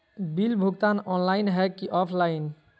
Bill भुगतान online है की ऑफलाइन?